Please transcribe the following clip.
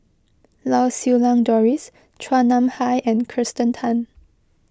Lau Siew Lang Doris Chua Nam Hai and Kirsten Tan